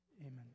amen